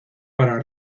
para